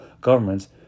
governments